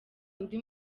undi